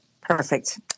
Perfect